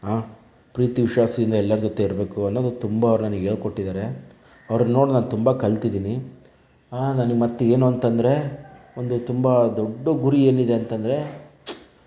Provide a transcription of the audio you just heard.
ಪ್ರೀತಿ ವಿಶ್ವಾಸದಿಂದ ಎಲ್ಲರ ಜೊತೆ ಇರಬೇಕು ಅನ್ನೋದು ತುಂಬ ಅವರು ನನಗೆ ಹೇಳಿಕೊಟ್ಟಿದ್ದಾರೆ ಅವರನ್ನು ನೋಡಿ ನಾನು ತುಂಬ ಕಲಿತಿದ್ದೀನಿ ನನಗೆ ಮತ್ತೆ ಏನು ಅಂತಂದರೆ ಒಂದು ತುಂಬ ದೊಡ್ಡ ಗುರಿ ಏನಿದೆ ಅಂತಂದರೆ